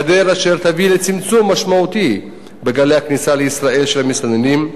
אשר תביא לצמצום משמעותי בגלי הכניסה לישראל של מסתננים,